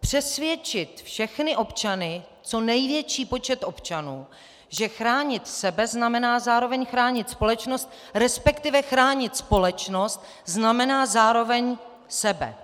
přesvědčit všechny občany, co největší počet občanů, že chránit sebe znamená zároveň chránit společnost, resp. chránit společnost znamená zároveň sebe.